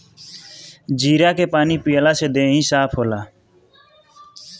जीरा के पानी पियला से देहि साफ़ होखेला